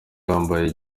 yambaye